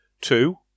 two